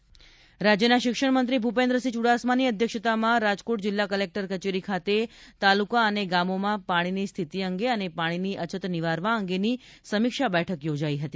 ભુપેન્દ્રસિંહ ચુડાસમા રાજ્યના શિક્ષણમંત્રી ભૂપેન્દ્રસિંહ ચુડાસમાની અધ્યક્ષતામાં રાજકોટ જિલ્લા કલેક્ટર કચેરી ખાતે તાલુકા અને ગામોમાં પાણીની સ્થિતિ અંગે અને પાણીની અછત નિવારવા અંગેની સમીક્ષા બેઠક યોજાઈ હતી